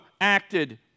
acted